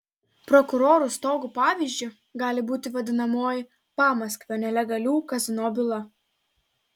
prokurorų stogų pavyzdžiu gali būti vadinamoji pamaskvio nelegalių kazino byla